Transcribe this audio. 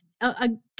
Again